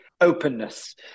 openness